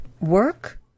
work